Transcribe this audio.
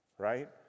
Right